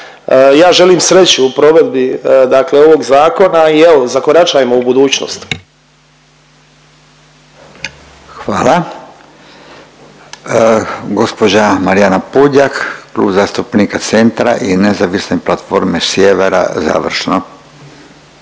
ja želim sreću u provedbi ovog zakona i evo zakoračajmo u budućnost. **Radin, Furio (Nezavisni)** Hvala. Gospođa Marijana Puljak Klub zastupnika Centra i Nezavisne platforme Sjevera završno.